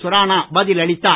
சுரானா பதில் அளித்தார்